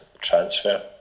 transfer